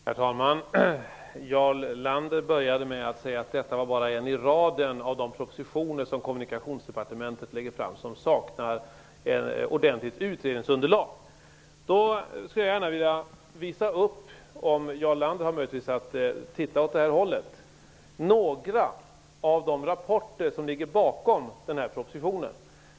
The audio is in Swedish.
Herr talman! Jarl Lander började med att säga att detta är bara en i raden av propositioner som Kommunikationsdepartementet lägger fram som saknar ordentligt utredningsunderlag. Då vill jag gärna visa upp -- om Jarl Lander har möjlighet att titta åt mitt håll -- några av de rapporter som ligger bakom propositionen.